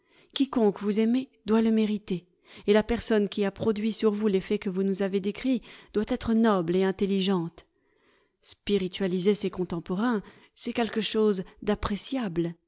quiconque vous aimez doit le mériter et la personne qui a produit sur vous l'effet que vous nous avez décrit doit être noble et intelligente spiritualiser ses contemporains c'est quelque chose d'appréciable